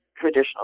traditional